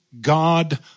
God